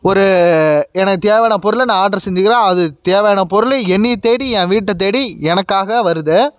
ஒரு எனக்கு தேவையான பொருளை நான் ஆட்ரு செஞ்சுக்கிறேன் அது தேவையான பொருள் என்னை தேடி என் வீட்டை தேடி எனக்காக வருது